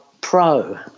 pro